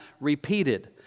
repeated